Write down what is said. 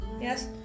Yes